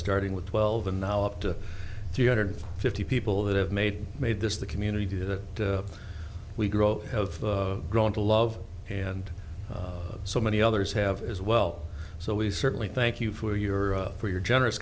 starting with twelve and now up to three hundred fifty people that have made made this the community that we grow have grown to love and so many others have as well so we certainly thank you for your for your generous